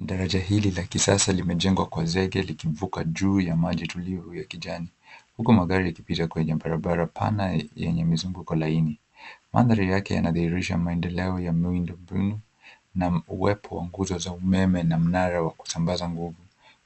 Daraja hili la kisasa limejengwa kwa zege likivuka juu ya mali tulivu ya kijani. Huku magari yakipita kwenye barabara pana yenye mzunguko laini. Mandhari yake yanadhihirisha maendeleo ya miundo mbinu na uwepo wa nguzo za umeme na mnaranga wa kusambaza nguvu